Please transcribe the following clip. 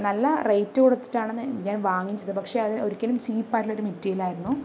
നല്ല റേറ്റ് കൊടുത്തിട്ടാണ് ഞാൻ വാങ്ങിച്ചത് പക്ഷെ അത് ഒരിക്കലും ചീപ്പായിട്ടുള്ള ഒരു മെറ്റീരിയലായിരുന്നു